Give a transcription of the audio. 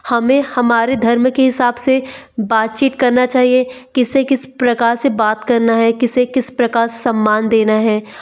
हमें हमारे धर्म के हिसाब से बातचीत करना चाहिए किससे किस प्रकार से बात करना है किसे किस प्रकार सम्मान देना है